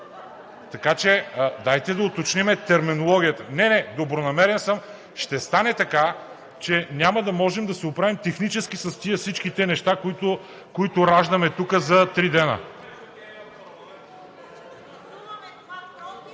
Така че, дайте да уточним терминологията. Не, не, добронамерен съм. Ще стане така, че няма да можем да се оправим технически с тези всички неща, които раждаме тук за три дни.